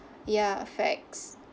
ya facts